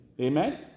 Amen